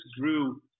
grew